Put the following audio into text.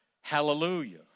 hallelujah